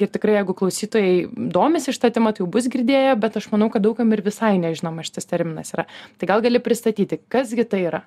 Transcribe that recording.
ir tikrai jeigu klausytojai domisi šita tema tai jau bus girdėję bet aš manau kad daug kam ir visai nežinomas šitas terminas yra tai gal gali pristatyti kas gi tai yra